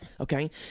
okay